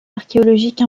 archéologiques